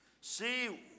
See